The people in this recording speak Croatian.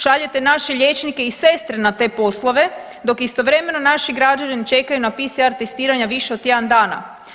Šaljete naše liječnike i sestre na te poslove dok istovremeno naš građani čekaju na PSR testiranja više od tjedan dana.